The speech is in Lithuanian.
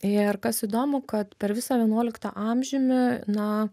ir kas įdomu kad per visą vienuoliktą amžiumi na